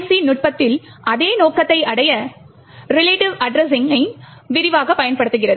PIC நுட்பத்தில் அதே நோக்கத்தை அடைய ரிலேட்டிவ் அட்ரஸிங் விரிவாகப் பயன்படுத்தப்படுகிறது